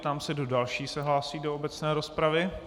Ptám se, kdo další se hlásí do obecné rozpravy.